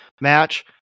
match